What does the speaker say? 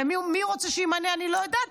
מי הוא רוצה שימנה, אני לא יודעת.